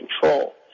control